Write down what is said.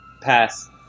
Pass